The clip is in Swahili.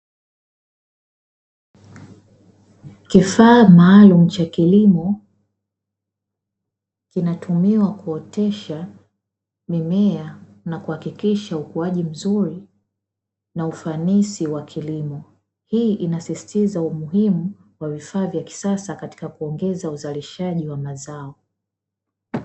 Kifaa maalumu cha kilimo, kinatumiwa kuotesha mimea, na kuhakikisha ukuaji mzuri na ufanisi wa kilimo, hii inasisitiza umuhimu wa vifaa vya kisasa katika kuongeza uzalishaji wa mazao.